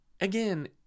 again